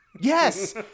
Yes